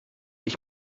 ich